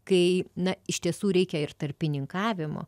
kai na iš tiesų reikia ir tarpininkavimo